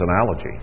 analogy